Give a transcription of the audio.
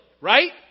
right